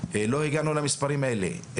לא הגענו למספרים האלה.